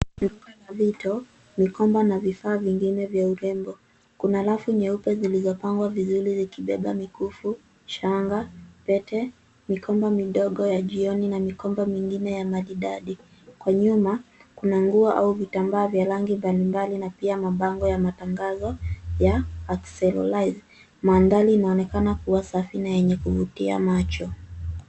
Duka la mito, mikoba na vifaa vingine vya urembo. Kuna rafu nyeupe zilizopangwa vizuri zikibeba mikufu, shanga, pete, mikoba midogo ya jioni na mikoba mingine ya maridadi. Kwa nyuma, kuna nguo au vitambaa vya rangi mbali mbali na pia mabango ya matangazo ya accessorize . Mandhari inaonekana kuwa safi na yenye kuvutia macho.